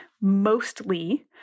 mostly